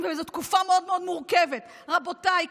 וזאת תקופה מאוד מאוד מורכבת: רבותיי,